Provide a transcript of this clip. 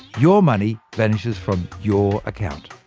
your money vanishes from your account.